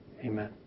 Amen